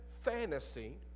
fantasy